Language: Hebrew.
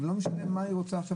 לא משנה מה היא רוצה עכשיו,